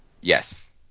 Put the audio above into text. Yes